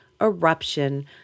eruption